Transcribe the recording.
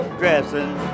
dressing